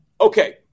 Okay